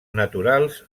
naturals